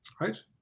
right